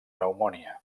pneumònia